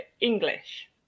English